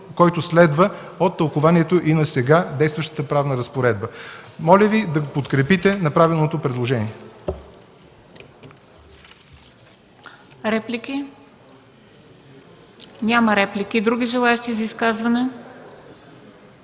който следва от тълкуванието и на сега действащата правна разпоредба. Моля Ви да подкрепите направеното предложение.